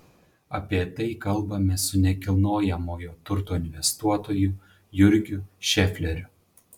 apie tai kalbamės su nekilnojamojo turto investuotoju jurgiu šefleriu